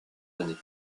années